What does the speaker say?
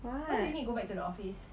what